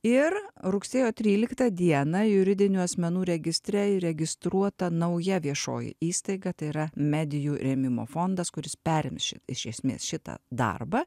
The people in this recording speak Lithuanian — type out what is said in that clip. ir rugsėjo tryliktą dieną juridinių asmenų registre įregistruota nauja viešoji įstaiga tai yra medijų rėmimo fondas kuris perims iš iš esmės šitą darbą